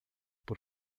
por